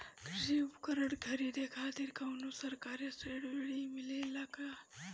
कृषी उपकरण खरीदे खातिर कउनो सरकारी सब्सीडी मिलेला की?